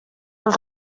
els